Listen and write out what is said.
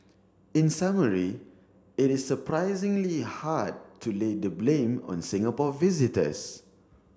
in summary it is surprisingly hard to lay the blame on Singapore visitors